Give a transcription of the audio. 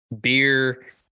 beer